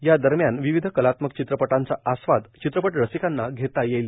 या दरम्यान विविध कलात्मक चित्रपटांचा आस्वाद चित्रपट रसिकांना घेता येईल